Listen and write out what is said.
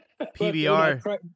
PBR